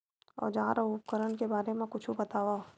औजार अउ उपकरण के बारे मा कुछु बतावव?